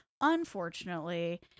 unfortunately